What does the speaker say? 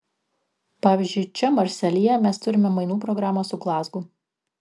pavyzdžiui čia marselyje mes turime mainų programą su glazgu